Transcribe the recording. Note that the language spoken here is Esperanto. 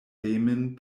hejmen